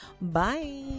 Bye